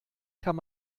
kann